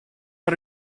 are